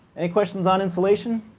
any questions on insulation?